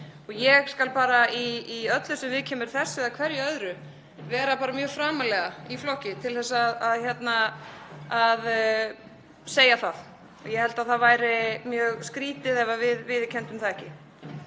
ég skal bara í öllu sem viðkemur þessu eða hverju öðru vera mjög framarlega í flokki til að segja það. Ég held að það væri mjög skrýtið ef við viðurkenndum það ekki.